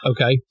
Okay